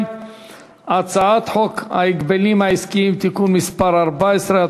הצעת חוק ההגבלים העסקיים (תיקון מס' 14),